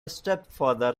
stepfather